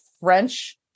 French